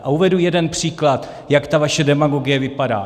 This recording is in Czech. A uvedu jeden příklad, jak ta vaše demagogie vypadá.